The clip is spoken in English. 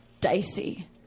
dicey